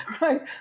right